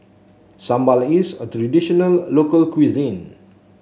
sambal is a traditional local cuisine